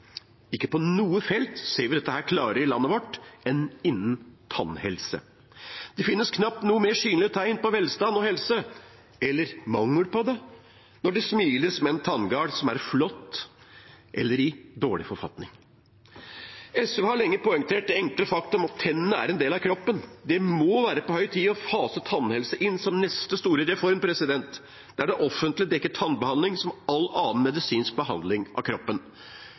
Ikke på noe felt ser vi dette klarere i landet vårt enn innen tannhelse. Det finnes knapt noe mer synlig tegn på velstand og helse, eller mangel på det, enn når det smiles med en tanngard som er flott – eller er i dårlig forfatning. SV har lenge poengtert det enkle faktum at tennene er en del av kroppen. Det må være på høy tid å fase tannhelse inn som den neste store reformen, der det offentlige dekker tannbehandling som all annen medisinsk behandling av kroppen.